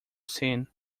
sin